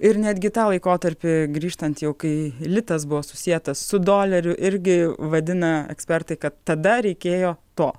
ir netgi į tą laikotarpį grįžtant jau kai litas buvo susietas su doleriu irgi vadina ekspertai kad tada reikėjo to